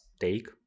take